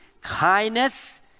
kindness